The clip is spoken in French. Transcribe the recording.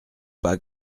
pas